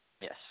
Yes